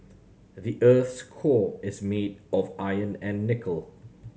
the earth's core is made of iron and nickel